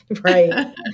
Right